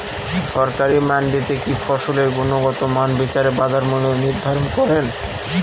সরকারি মান্ডিতে কি ফসলের গুনগতমান বিচারে বাজার মূল্য নির্ধারণ করেন?